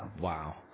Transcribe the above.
Wow